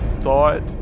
thought